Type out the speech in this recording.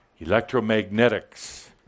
electromagnetics